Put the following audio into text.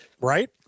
Right